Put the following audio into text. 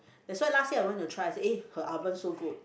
that's why last year I went to try I said eh her oven so good